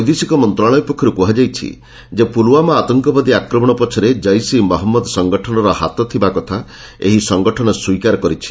ବୈଦେଶିକ ମନ୍ତ୍ରଣାଳୟ ପକ୍ଷରୁ କୁହାଯାଇଛି ଯେ ପୁଲୱାମା ଆତଙ୍କବାଦୀ ଆକ୍ରମଣ ପଛରେ ଜୈସ୍ ଇ ମହମ୍ମଦ ସଂଗଠନର ହାତ ଥିବା କଥା ଏହି ସଂଗଠନ ସ୍ପୀକାର କରିଛି